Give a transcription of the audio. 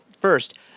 first